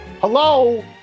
Hello